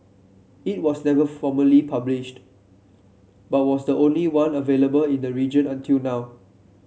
it was never formally published but was the only one available in the region until now